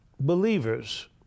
believers